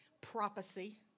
prophecy